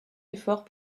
effort